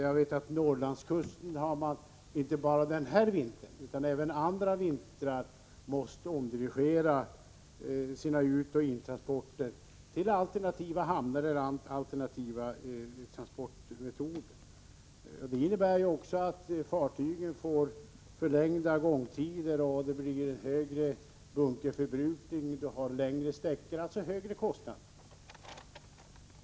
Jag vet att man utmed Norrlandskusten inte bara den här vintern utan även andra vintrar måst omdirigera sina utoch intransporter till alternativa hamnar eller alternativa transportmetoder. Det innebär förlängda gångtider för fartygen, högre bunkerförbrukning och därmed högre kostnader.